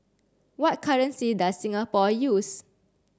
what currency does Singapore use